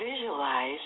Visualize